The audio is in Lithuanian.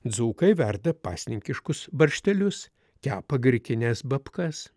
dzūkai verda pasininkiškus varžtelius kepa grikines bapkas